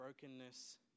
brokenness